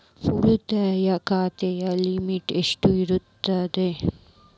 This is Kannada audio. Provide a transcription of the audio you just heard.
ಉಳಿತಾಯ ಖಾತೆದ ಲಿಮಿಟ್ ಎಷ್ಟ ಇರತ್ತ?